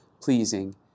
pleasing